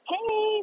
Hey